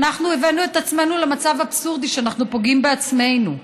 אנחנו הבאנו את עצמנו למצב אבסורדי שאנחנו פוגעים בעצמנו.